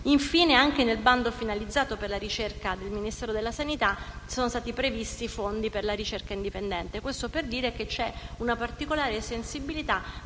Infine, anche nel bando finalizzato alla ricerca del Ministero della sanità sono stati previsti fondi per la ricerca indipendente. Questo per dire che c'è una particolare sensibilità